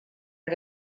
her